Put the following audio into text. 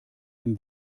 dem